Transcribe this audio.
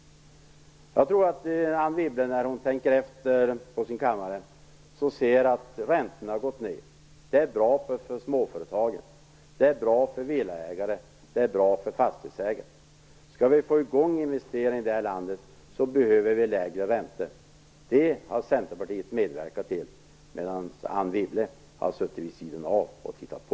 Jag tror att Anne Wibble, när hon tänker efter på sin kammare, ser att räntorna har gått ned. Det är bra för småföretagen. Det är bra för villaägare. Det är bra för fastighetsägare. Om vi skall få igång investering i det här landet behöver vi lägre räntor. Det har Centerpartiet medverkat till, medan Anne Wibble har suttit vid sidan av och tittat på.